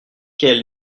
quel